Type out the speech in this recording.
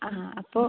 ആഹാ അപ്പോൾ